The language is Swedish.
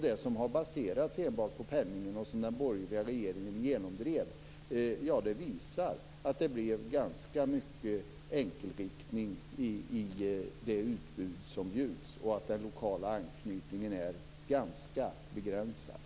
Det som har baserats enbart på penningen som den borgerliga regeringen genomdrev visar att det blev ett ganska enkelriktat utbud och att den lokala anknytningen blev begränsad.